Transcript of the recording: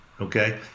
okay